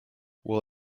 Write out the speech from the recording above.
well